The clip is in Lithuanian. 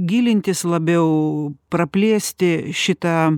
gilintis labiau praplėsti šitą